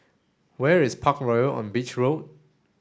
where is Parkroyal on Beach Road